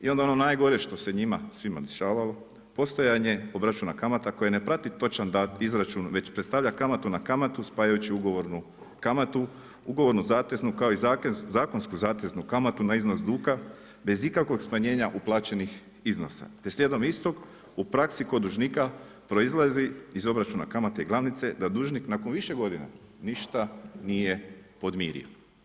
I onda ono najgore što se njima svima dešavalo, postojanje obračuna kamata koje ne prati točan izračun već predstavlja kamatu na kamatu spajajući ugovornu kamatu, ugovornu zateznu, kao i zakonsko zateznu kamatu na iznos duga bez ikakvog smanjenja uplaćenih iznosa te slijedom istog, u praski kod dužnika proizlazi iz obračuna kamate i glavnice da dužnik nakon više godina ništa nije podmirio.